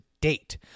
date